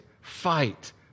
fight